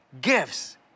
gifts